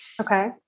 okay